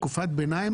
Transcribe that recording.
תקופת ביניים,